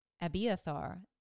Abiathar